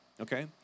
okay